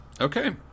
Okay